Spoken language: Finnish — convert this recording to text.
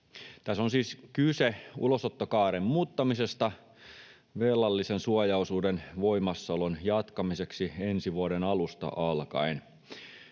Tässä on siis kyse ulosottokaaren muuttamisesta velallisen suojaosuuden voimassaolon jatkamiseksi ensi vuoden alusta alkaen.